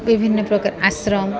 ବିଭିନ୍ନ ପ୍ରକାର ଆଶ୍ରମ